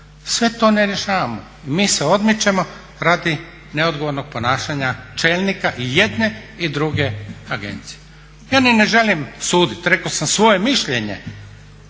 Sve to ne rješavamo. Mi se odmičemo radi neodgovornog ponašanja čelnika i jedne i druge agencije. Ja ni ne želim suditi. Rekao sam svoje mišljenje